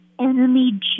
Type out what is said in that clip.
enemy